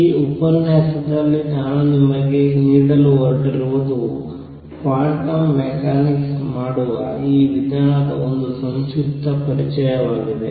ಈ ಉಪನ್ಯಾಸದಲ್ಲಿ ನಾನು ನಿಮಗೆ ನೀಡಲು ಹೊರಟಿರುವುದು ಕ್ವಾಂಟಮ್ ಮೆಕ್ಯಾನಿಕ್ಸ್ ಮಾಡುವ ಈ ವಿಧಾನದ ಒಂದು ಸಂಕ್ಷಿಪ್ತ ಪರಿಚಯವಾಗಿದೆ